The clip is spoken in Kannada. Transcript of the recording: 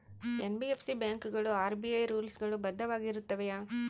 ಎನ್.ಬಿ.ಎಫ್.ಸಿ ಬ್ಯಾಂಕುಗಳು ಆರ್.ಬಿ.ಐ ರೂಲ್ಸ್ ಗಳು ಬದ್ಧವಾಗಿ ಇರುತ್ತವೆಯ?